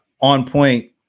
on-point